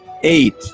eight